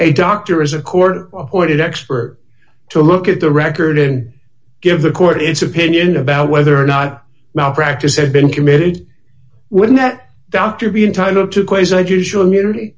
a doctor is a court appointed expert to look at the record and give the court its opinion about whether or not malpractise had been committed when that doctor be entitled to